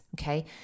Okay